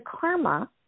karma